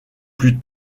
plus